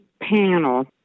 panel